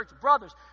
brothers